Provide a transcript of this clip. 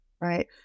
right